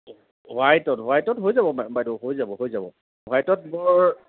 হোৱাইটত হোৱাইতত হৈ যাব বাইদেউ হৈ হৈ হোৱাইটত